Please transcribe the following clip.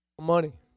money